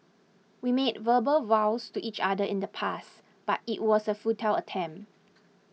we made verbal vows to each other in the past but it was a futile attempt